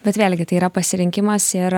bet vėlgi tai yra pasirinkimas ir